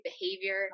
behavior